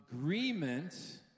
agreement